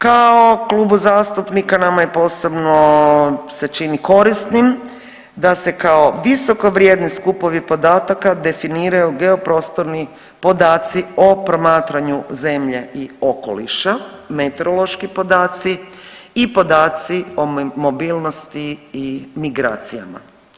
Kao klubu zastupnika nama je posebno se čini korisnim da se kao visokovrijedni skupovi podataka definiraju geoprostorni podaci o promatranju zemlje i okoliša, meteorološki podaci i podaci o mobilnosti i migracijama.